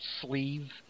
sleeve